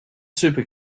super